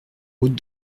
route